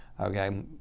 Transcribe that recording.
okay